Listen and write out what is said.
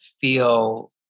feel